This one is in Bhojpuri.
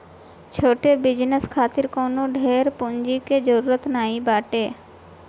छोट बिजनेस खातिर कवनो ढेर पूंजी के जरुरत नाइ बाटे